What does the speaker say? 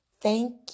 Thank